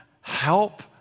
help